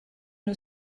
nhw